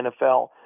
NFL